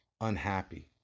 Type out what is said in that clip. unhappy